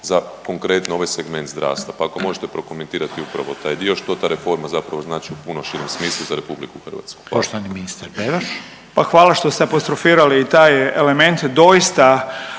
za konkretno ovaj segment zdravstva. Pa ako možete prokomentirati upravo taj dio što ta reforma zapravo znači u puno širem smislu za RH. Hvala. **Reiner, Željko (HDZ)** Poštovani ministar Beroš. **Beroš, Vili (HDZ)** Pa hvala što ste apostrofirali i taj element. Doista